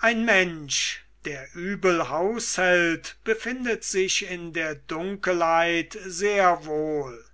ein mensch der übel haushält befindet sich in der dunkelheit sehr wohl